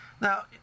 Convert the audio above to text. now